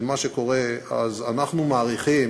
אז אנחנו מעריכים